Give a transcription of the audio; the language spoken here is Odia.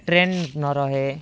ଟ୍ରେନ୍ ନ ରହେ